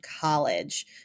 college